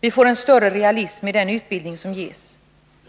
Vi får en större realism i den utbildning som ges.